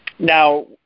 Now